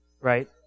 Right